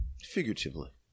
figuratively